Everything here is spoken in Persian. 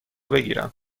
بگیرم